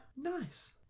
Nice